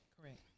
Correct